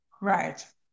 Right